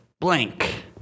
blank